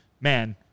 man